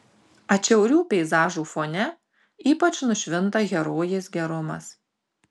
atšiaurių peizažų fone ypač nušvinta herojės gerumas